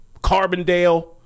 Carbondale